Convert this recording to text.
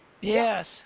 Yes